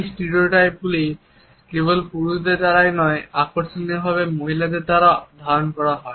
এই স্টেরিওটাইপগুলি কেবল পুরুষদের দ্বারাই নয় আকর্ষণীয়ভাবে মহিলাদের দ্বারাও ধারণ করা হয়